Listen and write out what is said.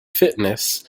fitness